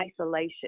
isolation